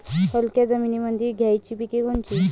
हलक्या जमीनीमंदी घ्यायची पिके कोनची?